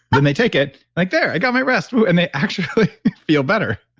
then they take it like, there, got my rest. and they actually feel better.